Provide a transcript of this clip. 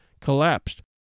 collapsed